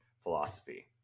philosophy